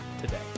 today